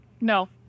No